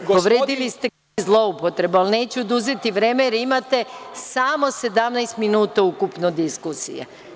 Povredili ste, zloupotreba, ali neću oduzeti vreme jer imate samo 17 minuta ukupno diskusije.